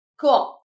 Cool